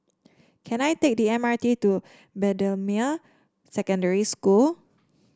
can I take the M R T to Bendemeer Secondary School